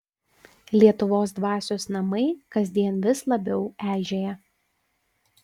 lietuvos dvasios namai kasdien vis labiau eižėja